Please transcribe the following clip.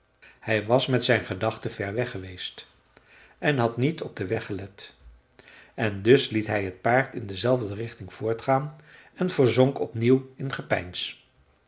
hij was met zijn gedachten ver weg geweest en had niet op den weg gelet en dus liet hij het paard in dezelfde richting voortgaan en verzonk opnieuw in gepeins